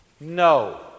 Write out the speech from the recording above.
No